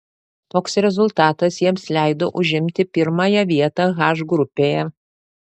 toks rezultatas jiems leido užimti pirmąją vietą h grupėje